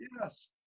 Yes